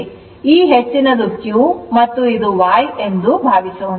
ಆದ್ದರಿಂದ ಈ ಹೆಚ್ಚಿನದು q ಮತ್ತು ಇದು y ಎಂದು ಭಾವಿಸೋಣ